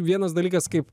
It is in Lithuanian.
vienas dalykas kaip